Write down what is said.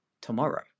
tomorrow